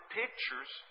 pictures